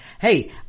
Hey